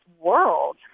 world